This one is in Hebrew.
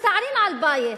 מסתערים על בית,